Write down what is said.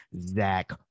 Zach